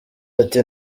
ati